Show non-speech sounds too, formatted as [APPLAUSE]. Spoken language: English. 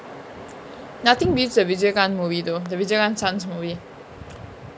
[NOISE] nothing beats a vijaykanth movie though the vijaykanth son's movie [NOISE]